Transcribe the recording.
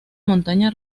montaña